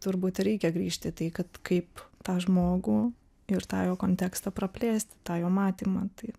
turbūt ir reikia grįžt į tai kad kaip tą žmogų ir tą jo kontekstą praplėsti tą jo matymą tai